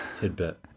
tidbit